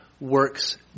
works